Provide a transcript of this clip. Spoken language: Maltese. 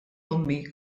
ommi